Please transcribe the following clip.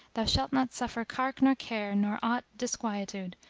thou shalt not suffer cark nor care nor aught disquietude,